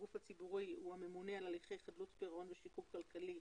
הגוף הציבורי הוא הממונה על הליכי חדלות פירעון ויקום כלכלי